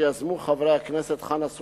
שיזמו חברי הכנסת חנא סוייד,